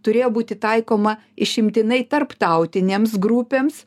turėjo būti taikoma išimtinai tarptautinėms grupėms